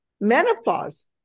menopause